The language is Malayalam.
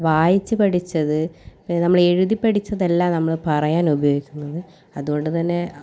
വായിച്ചു പഠിച്ചത് നമ്മൾ എഴുതിപ്പഠിച്ചതല്ല നമ്മൾ പറയാൻ ഉപയോഗിക്കുന്നത് അതുകൊണ്ടുതന്നെ